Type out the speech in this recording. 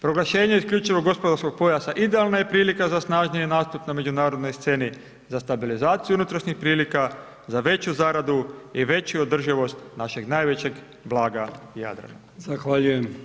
Proglašenje isključivog gospodarskog pojasa idealna je prilika za snažniji nastup na međunarodnoj sceni za stabilizaciju unutrašnjih prilika, za veću zaradu i veću održivost našeg najvećeg blaga Jadrana.